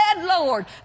Lord